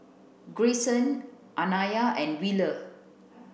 Grayson Anaya and Wheeler